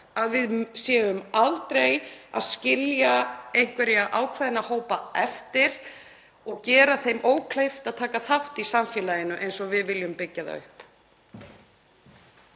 að við séum aldrei að skilja einhverja ákveðna hópa eftir og gera þeim ókleift að taka þátt í samfélaginu eins og við viljum byggja það upp.